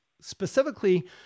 specifically